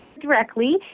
directly